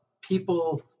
people